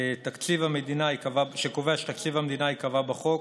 הוא קובע שתקציב המדינה ייקבע בחוק,